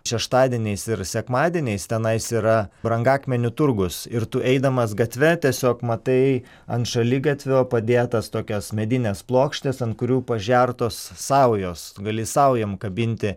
šeštadieniais ir sekmadieniais tenais yra brangakmenių turgus ir tu eidamas gatve tiesiog matai ant šaligatvio padėtas tokias medines plokštes ant kurių pažertos saujos gali saujom kabinti